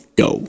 go